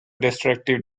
destructive